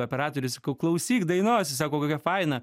operatorius klausyk dainos jis sako kokia faina